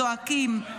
זועקים,